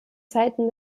zeiten